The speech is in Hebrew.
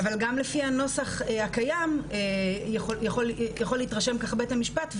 אבל גם לפי הנוסח הקיים יכול להתרשם ככה בית המשפט,